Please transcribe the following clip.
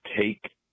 take